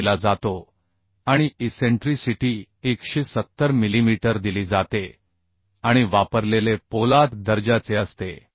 भार दिला जातो आणि इसेंट्रीसिटी 170 मिलीमीटर दिली जाते आणि वापरलेले पोलाद दर्जाचे असते